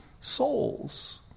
souls